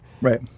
Right